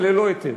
וללא היתר.